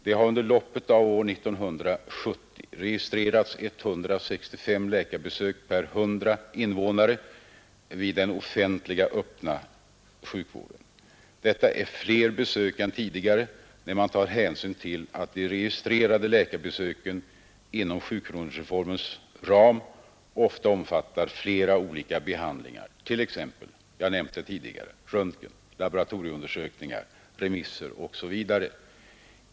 Det har under loppet av 1970 registrerats 165 läkarbesök per 100 invånare vid den offentliga öppna sjukvärden. Detta är fler besök än tidigare, när man tar hänsyn till att de registrerade läkarbesöken inom sjukronorsreformens ram ofta omfattar flera olika behandlingar, t.ex. — jag har nämnt det tidigare - röntgen, laboratorieundersökningar och remisser.